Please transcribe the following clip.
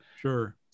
sure